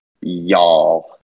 y'all